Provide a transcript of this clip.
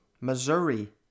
Missouri